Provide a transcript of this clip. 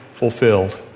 fulfilled